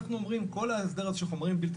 אנחנו אומרים שכל ההסדר הזה של חומרים בלתי